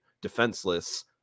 defenseless